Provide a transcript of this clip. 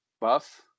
buff